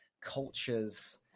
cultures